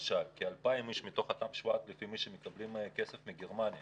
כ-2,000 איש מתוך 7,000 האנשים שמקבלים כסף מגרמניה,